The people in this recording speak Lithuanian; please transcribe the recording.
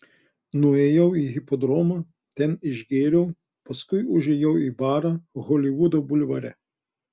nuėjau į hipodromą ten išgėriau paskui užėjau į barą holivudo bulvare